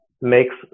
makes